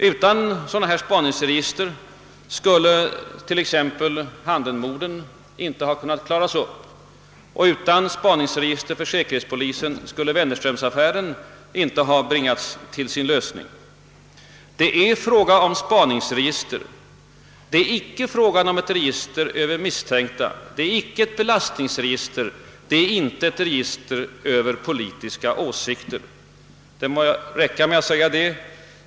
Utan sådana spaningsregister skulle t.ex. Handenmorden inte ha kunnat klaras upp, och utan spaningsregister hos säkerhetspolisen skulle Wennerströmaffären inte ha bringats till sin lösning. Det är fråga om spaningsregister, det är icke fråga om ett register över misstänkta, det är icke ett belastningsregister, det är icke ett register över politiska åsikter, Det må räcka med att säga det.